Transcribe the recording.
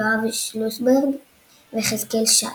יואב שלוסברג ויחזקאל שץ.